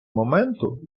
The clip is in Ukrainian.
моменту